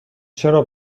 چرا